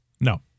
No